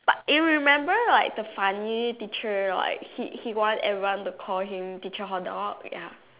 but you remember that the funny teacher like he he want everyone to call him teacher hot dog ya